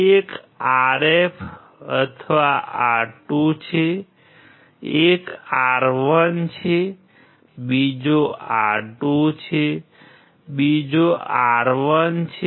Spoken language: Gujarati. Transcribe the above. એક RF અથવા R2 છે એક R1 છે બીજો R2 છે બીજો R1 છે